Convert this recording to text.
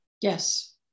Yes